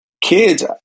kids